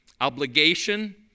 obligation